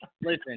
listen